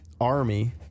Army